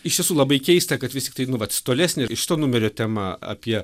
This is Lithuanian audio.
iš tiesų labai keista kad vis tiktai nu vat tolesnė šito numerio tema apie